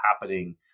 happening